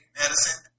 medicine